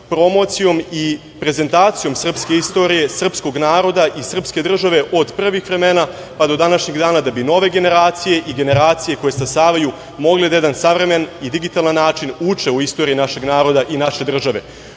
promocijom i prezentacijom srpske istorije, sprskog naroda i srpske države od prvih vremena, pa do današnjeg dana, da bi nove generacije i generacije koje stasavaju mogle da na jedan savremen i digitalan način uče o istoriji našeg naroda i naše države. Ono